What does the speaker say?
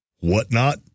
Whatnot